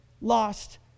lost